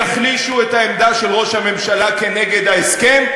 יחלישו את העמדה של ראש הממשלה נגד ההסכם,